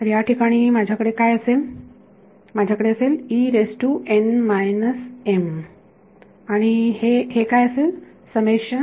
तर या ठिकाणी माझ्याकडे काय असेल माझ्याकडे असेल आणि हे हे काय असेल समेशन